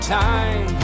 time